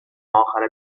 اخر